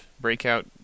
breakout